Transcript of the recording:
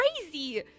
crazy